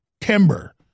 Timber